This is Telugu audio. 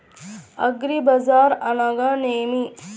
అగ్రిబజార్ అనగా నేమి?